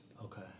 Okay